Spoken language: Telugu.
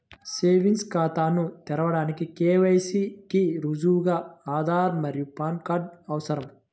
సేవింగ్స్ ఖాతాను తెరవడానికి కే.వై.సి కి రుజువుగా ఆధార్ మరియు పాన్ కార్డ్ అవసరం